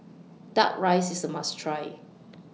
Duck Rice IS A must Try